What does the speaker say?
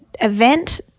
event –